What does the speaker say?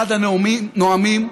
אחד הנואמים,